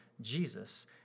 Jesus